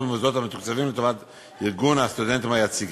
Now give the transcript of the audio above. במוסדות המתוקצבים לטובת ארגון הסטודנטים היציג.